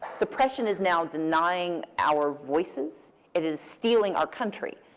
suppression is now denying our voices. it is stealing our country.